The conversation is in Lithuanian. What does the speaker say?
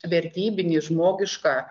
vertybinį žmogišką